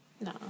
No